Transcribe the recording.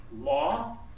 law